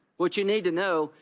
which you need to know,